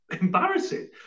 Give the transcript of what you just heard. Embarrassing